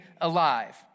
alive